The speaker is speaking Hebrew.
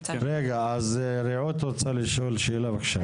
רגע, רעות רוצה לשאול שאלה, בבקשה.